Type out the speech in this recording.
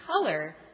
color